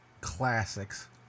classics